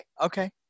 okay